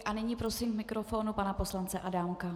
A nyní prosím k mikrofonu pana poslance Adámka.